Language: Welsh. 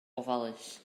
ofalus